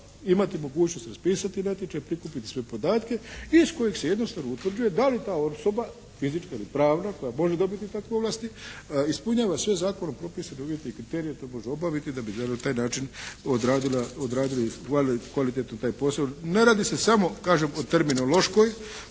imati mogućnost raspisati natječaj, prikupiti sve podatke iz kojih se jednostavno utvrđuje da li ta osoba fizička ili pravna koja može dobiti takve ovlasti, ispunjava sve zakonom propisane uvjete i kriterije koje može obaviti da bi na taj način odradili kvalitetno taj posao. Ne radi se samo kažem o terminološkoj